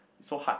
so hard